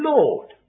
Lord